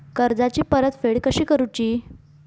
कर्जाची परतफेड कशी करूची?